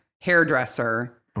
hairdresser